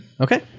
Okay